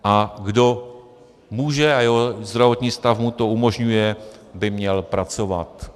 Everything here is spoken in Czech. A kdo může a jeho zdravotní stav mu to umožňuje, by měl pracovat.